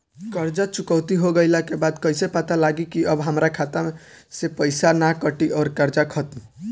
कर्जा चुकौती हो गइला के बाद कइसे पता लागी की अब हमरा खाता से पईसा ना कटी और कर्जा खत्म?